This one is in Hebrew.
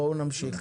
בואו נמשיך.